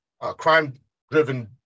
crime-driven